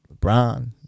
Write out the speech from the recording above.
LeBron